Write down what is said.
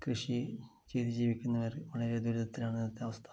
കൃഷി ചെയ്തു ജീവിക്കുന്നവർ വളരെ ദുരിതത്തിലാണ് ഇന്നത്തെ അവസ്ഥ